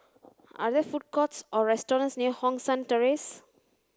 are there food courts or restaurants near Hong San Terrace